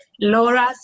Laura